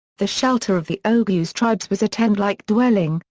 the shelter of the oghuz tribes was a tent-like dwelling,